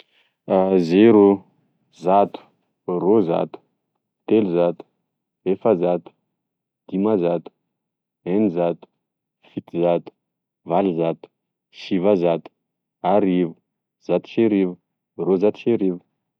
Zero, zato, roazato, telozato, efazato, dimazato, enizato, fitozato, valozato, sivazato, arivo, zatoserivo, roa zatoserivo